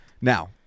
Now